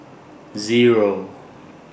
Zero